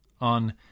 on